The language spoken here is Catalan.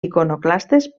iconoclastes